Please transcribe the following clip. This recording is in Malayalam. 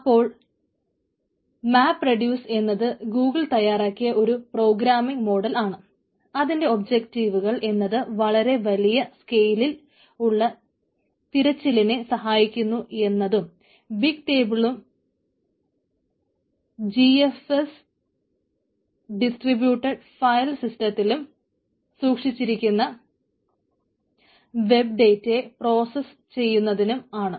അപ്പോൾ മാപ്റെഡ്യൂസ് ചെയ്യുന്നതിനും ആണ്